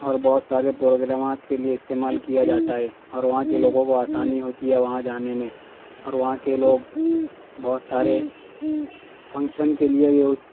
اور بہت سارے پروگرامات کے لیے استعمال کیا جاتا ہے اور وہاں کے لوگوں کو آسانی ہوتی ہے وہاں جانے میں اور وہاں کے لوگ بہت سارے فنگشن کے لیے بھی اس